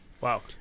Wow